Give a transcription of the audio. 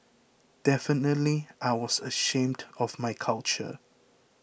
definitely I was ashamed of my culture